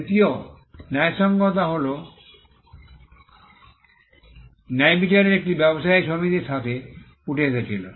তৃতীয় ন্যায়সঙ্গততা হল ন্যায়বিচারের একটি ব্যবসায়ী সমিতির সাথে উঠে এসেছিল